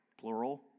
plural